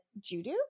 Judo